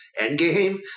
Endgame